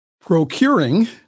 procuring